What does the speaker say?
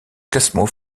classement